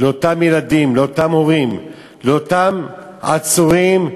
לאותם ילדים, לאותם הורים, לאותם עצורים,